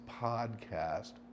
podcast